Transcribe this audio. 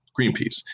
Greenpeace